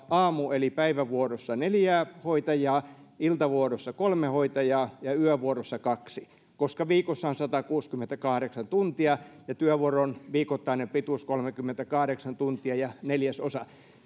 aamu eli päivävuorossa neljää hoitajaa iltavuorossa kolmea hoitajaa ja yövuorossa kahta koska viikossa on satakuusikymmentäkahdeksan tuntia ja työvuoron viikoittainen pituus kolmekymmentäkahdeksan tuntia ja neljäsosa